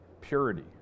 purity